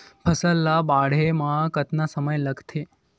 फसल ला बाढ़े मा कतना समय लगथे?